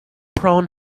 brown